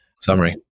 summary